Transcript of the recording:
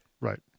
Right